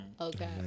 Okay